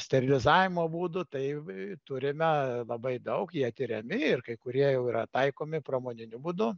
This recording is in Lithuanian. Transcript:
sterilizavimo būdų tai turime labai daug jie tiriami ir kai kurie jau yra taikomi pramoniniu būdu